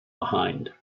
behind